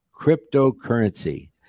cryptocurrency